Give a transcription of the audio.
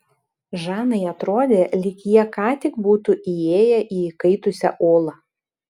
žanai atrodė lyg jie ką tik būtų įėję į įkaitusią olą